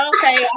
Okay